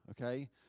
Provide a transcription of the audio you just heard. okay